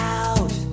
out